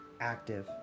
active